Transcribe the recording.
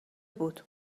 بود